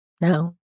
No